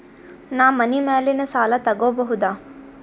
ನಾ ಮನಿ ಮ್ಯಾಲಿನ ಸಾಲ ತಗೋಬಹುದಾ?